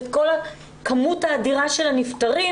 את המספר האדיר של הנפטרים